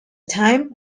time